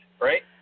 Right